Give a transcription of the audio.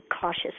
cautious